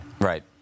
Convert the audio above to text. Right